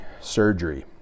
surgery